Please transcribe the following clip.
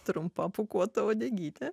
trumpa pūkuota uodegytė